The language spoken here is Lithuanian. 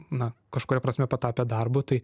na kažkuria prasme patapę darbu tai